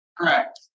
Correct